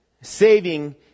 saving